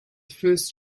first